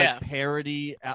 parody